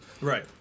Right